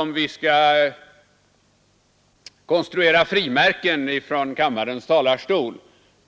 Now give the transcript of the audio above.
Om vi skall konstruera frimärken med motiv från kammarens talarstol